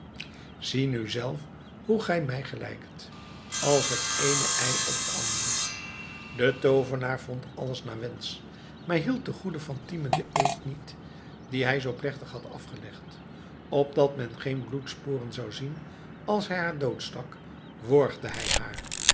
zie nu zelf hoe gij mij gelijkt als het eene ei op het andere de toovenaar vond alles naar wensch maar hield de goede fatime den eed niet dien hij zoo plechtig had afgelegd opdat men geen bloedsporen zou zien als hij haar doorstak worgde hij haar